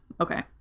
okay